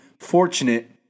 fortunate